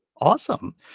Awesome